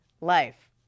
life